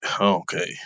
Okay